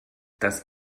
das